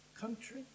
country